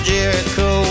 Jericho